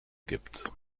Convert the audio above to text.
gibt